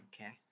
Okay